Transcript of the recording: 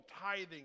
tithing